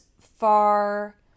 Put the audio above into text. far